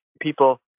people